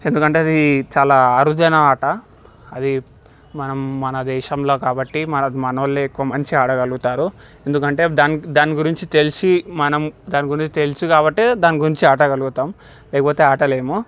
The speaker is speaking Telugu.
ఎందుకంటే అది చాలా అరుదైన ఆట అది మనం మన దేశంలో కాబట్టి మన మనోళ్ళే ఎక్కువ మంచిగా ఆడగలుగుతారు ఎందుకంటే దాని దానిగురించి తెలిసి మనం దానిగురించి తెలుసు కాబట్టి దాని గురించి ఆట ఆడగలుగుతాం లేకపోతే ఆటలేము